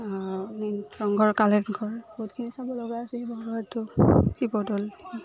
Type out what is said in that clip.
ৰংঘৰ কাৰেংঘৰ বহুতখিনি চাব লগা আছে শিৱসাগৰটো শিৱদৌল